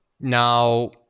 Now